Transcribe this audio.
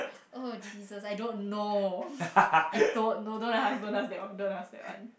oh Jesus I don't know I don't know don't ask don't ask that one don't ask that one